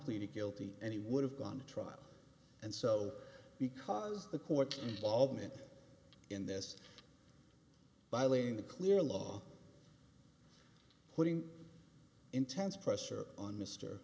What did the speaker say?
pleaded guilty and he would have gone to trial and so because the court involvement in this by laying the clear law putting intense pressure on mr